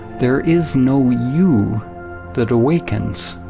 there is no you that awakens.